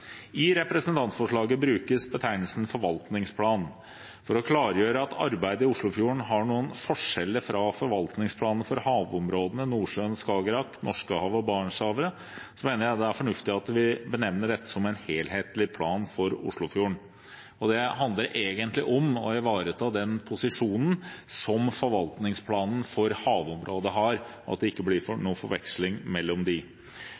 I representantforslaget brukes betegnelsen «forvaltningsplan». For å klargjøre at arbeidet i Oslofjorden har noen forskjeller fra forvaltningsplanene for havområdene Nordsjøen–Skagerrak, Norskehavet og Barentshavet, mener jeg det er fornuftig at vi benevner dette som en helhetlig plan for Oslofjorden. Det handler egentlig om å ivareta den posisjonen som forvaltningsplanen for havområdet har, og at det ikke blir